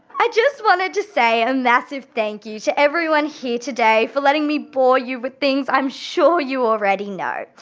i just wanted to say a massive thank you to everyone here today for letting me bore you with things i'm sure you already know,